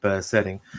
setting